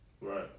Right